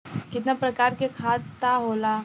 कितना प्रकार के खाता होला?